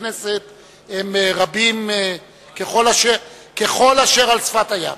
לכנסת הם רבים כחול אשר על שפת הים.